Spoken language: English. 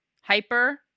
hyper